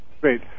Great